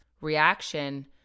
reaction